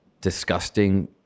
disgusting